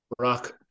Rock